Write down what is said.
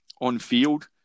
on-field –